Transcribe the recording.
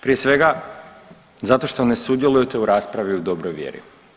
Prije svega zato što ne sudjelujete u raspravi u dobroj vjeri.